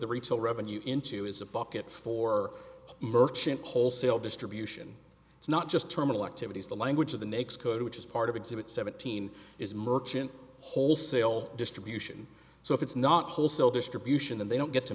the retail revenue into is a bucket for merchant wholesale distribution it's not just terminal activities the language of the next code which is part of exhibit seventeen is merchant wholesale distribution so if it's not so so distribution then they don't get to